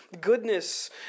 goodness